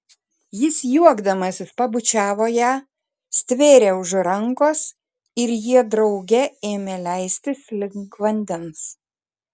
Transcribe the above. jis juokdamasis pabučiavo ją stvėrė už rankos ir jie drauge ėmė leistis link vandens